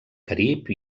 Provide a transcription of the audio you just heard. carib